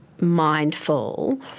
mindful